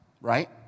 right